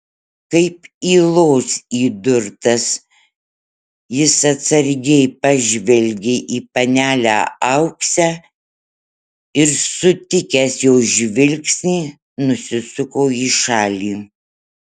kaip ylos įdurtas jis atsargiai pažvelgė į panelę auksę ir sutikęs jos žvilgsnį nusisuko į šalį